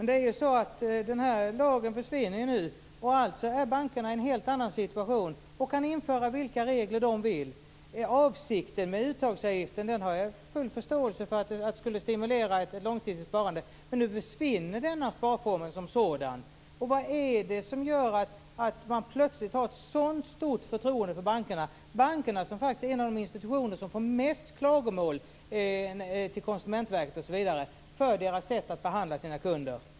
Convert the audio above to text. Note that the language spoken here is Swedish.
Herr talman! Den här lagen försvinner ju nu, alltså har bankerna en helt annan situation och kan införa vilka regler de vill. Avsikten med uttagsavgiften har jag full förståelse för skulle vara att stimulera ett långsiktigt sparande. Men nu försvinner den sparformen som sådan. Vad är det som gör att man plötsligt har ett sådant stort förtroende för bankerna. Bankerna är faktiskt en av de institutioner som föranleder mest klagomål till Konsumentverket för sitt sätt att behandla sina kunder.